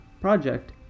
project